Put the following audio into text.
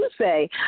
say